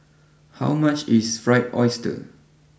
how much is Fried Oyster